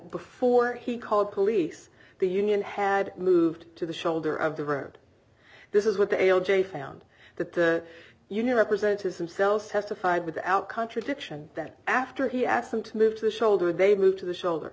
before he called police the union had moved to the shoulder of the road this is what the l j found that the union representatives themselves testified without contradiction that after he asked them to move to the shoulder they moved to the shoulder